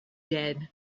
did